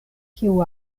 kiu